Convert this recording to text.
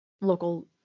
local